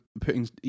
putting